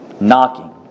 knocking